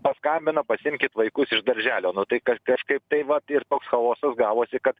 paskambino pasiimkit vaikus iš darželio nu tai kad kažkaip tai va ir chaosas gavosi kad